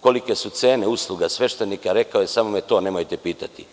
kolike su cene usluga sveštenika, rekao je - samo me to nemojte pitati.